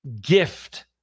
gift